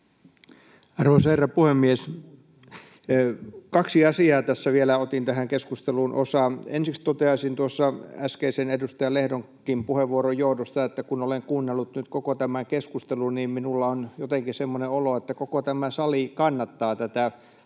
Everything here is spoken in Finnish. Arvoisa herra puhemies! Kaksi asiaa tässä vielä, otan tähän keskusteluun osaa. Ensiksi toteaisin tuossa äskeisenkin edustaja Lehdon puheenvuoron johdosta, että kun olen kuunnellut nyt koko tämän keskustelun, niin minulla on jotenkin semmoinen olo, että koko tämä sali kannattaa tätä